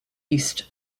east